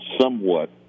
somewhat